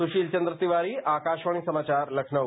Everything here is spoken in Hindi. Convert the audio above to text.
सुशील चन्द्र तिवारी आकाशवाणी समाचार लखनऊ